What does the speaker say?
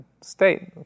state